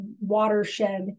watershed